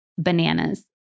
bananas